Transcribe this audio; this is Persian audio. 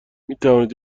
میتوانید